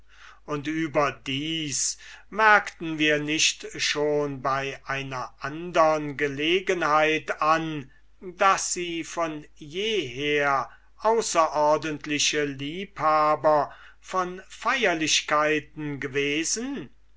und überdies merkten wir nicht schon bei einer andern gelegenheit an daß sie von je her außerordentliche liebhaber von feierlichkeiten gewesen